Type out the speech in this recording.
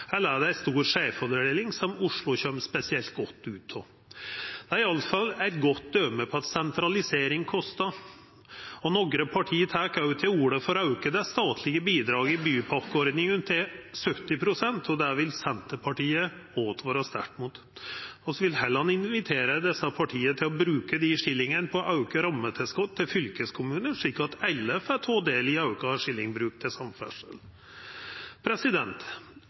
eller om det er ei stor skeivfordeling som Oslo kjem spesielt godt ut av. Det er i alle fall eit godt døme på at sentralisering kostar. Nokre parti tek òg til orde for å auka det statlege bidraget i bypakkeordningane til 70 pst. Det vil Senterpartiet åtvara sterkt mot. Vi vil heller invitera desse partia til å bruka dei skillingane på å auka rammetilskotet til fylkeskommunane, slik at alle får ta del i auka skillingbruk til samferdsel.